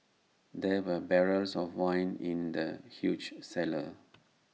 there were barrels of wine in the huge cellar